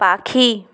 পাখি